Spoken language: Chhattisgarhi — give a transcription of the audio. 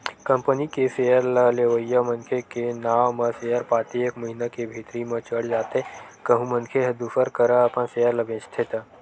कंपनी के सेयर ल लेवइया मनखे के नांव म सेयर पाती एक महिना के भीतरी म चढ़ जाथे कहूं मनखे ह दूसर करा अपन सेयर ल बेंचथे त